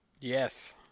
Yes